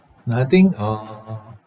no I think uh